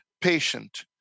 patient